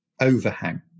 overhang